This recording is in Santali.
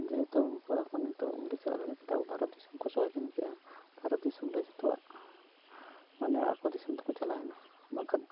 ᱡᱮᱦᱮᱛᱩ ᱩᱱᱠᱩ ᱟᱠᱚ ᱱᱤᱛᱚᱜ ᱤᱝᱨᱮᱡᱽ ᱥᱟᱞᱟᱜ ᱞᱟᱹᱲᱦᱟᱹᱭ ᱠᱟᱛᱮᱫ ᱟᱵᱚ ᱵᱷᱟᱨᱚᱛ ᱫᱤᱥᱚᱢ ᱠᱚ ᱥᱟᱹᱫᱷᱤᱱ ᱠᱮᱜᱼᱟ ᱵᱷᱟᱨᱚᱛ ᱫᱤᱥᱚᱢ ᱨᱮ ᱡᱚᱛᱚᱣᱟᱜ ᱢᱟᱱᱮ ᱟᱠᱚ ᱫᱤᱥᱚᱢ ᱛᱮᱠᱚ ᱪᱟᱞᱟᱣᱮᱱᱟ ᱵᱟᱝᱠᱷᱟᱱ